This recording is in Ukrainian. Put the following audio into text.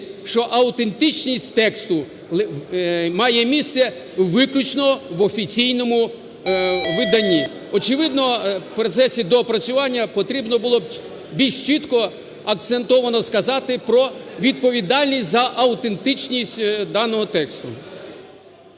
що автентичність тексту має місце виключно в офіційному виданні. Очевидно, в процесі доопрацювання потрібно було більш чітко, акцентовано сказати про відповідальність за автентичність даного тексту.